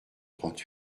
trente